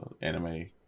anime